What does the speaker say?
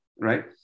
right